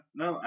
no